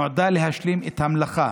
"נועדה להשלים את המלאכה